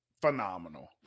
phenomenal